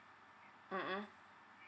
mmhmm